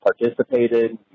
participated